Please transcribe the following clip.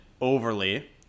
overly